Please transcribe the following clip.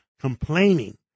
complaining